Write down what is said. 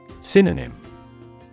Synonym